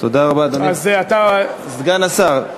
סגן השר,